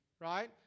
right